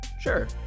Sure